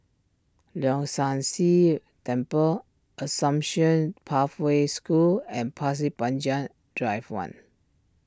Leong San See Temple Assumption Pathway School and Pasir Panjang Drive one